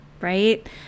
right